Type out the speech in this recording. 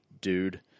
dude